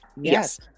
Yes